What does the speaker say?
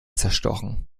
zerstochen